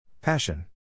Passion